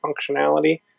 functionality